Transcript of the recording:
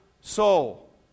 soul